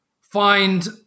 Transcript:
find